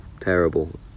terrible